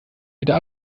wieder